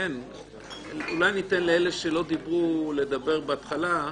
אולי ניתן לאלה שלא דיברו לדבר בהתחלה.